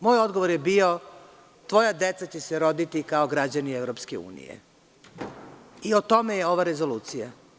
Moj odgovor je bio – tvoja deca će se roditi kao građani EU i o tome je ova rezolucija.